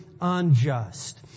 unjust